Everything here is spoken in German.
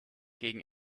gegen